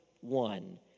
one